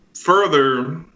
further